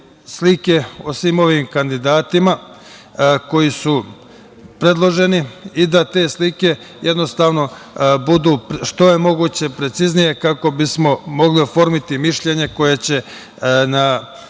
o svim ovim kandidatima koji su predloženi i da te slike jednostavno budu što je moguće preciznije kako bismo mogli oformiti mišljenje koje će na